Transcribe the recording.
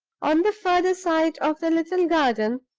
on the further side of the little garden,